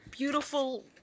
beautiful